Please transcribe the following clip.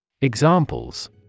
Examples